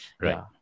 Right